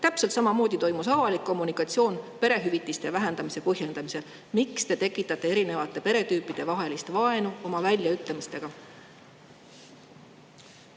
Täpselt samamoodi toimus avalik kommunikatsioon perehüvitiste vähendamise põhjendamisel. Miks te tekitate eri peretüüpide vahel vaenu oma väljaütlemistega?